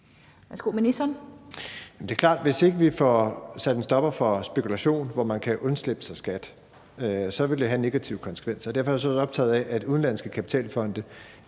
hvis ikke vi får sat en stopper for spekulation, hvor man kan undslippe sig skat, så vil det have en negativ konsekvens. Og derfor er jeg selvfølgelig optaget af, at udenlandske kapitalfonde